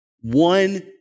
one